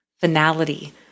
finality